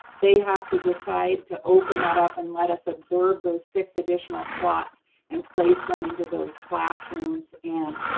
they have to decide to open that up and let us absorb those six additional slots and place them into those classrooms and